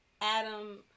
Adam